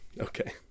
Okay